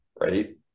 right